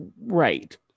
Right